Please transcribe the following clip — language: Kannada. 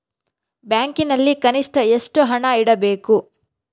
ಬ್ಯಾಂಕಿನಲ್ಲಿ ಕನಿಷ್ಟ ಎಷ್ಟು ಹಣ ಇಡಬೇಕು?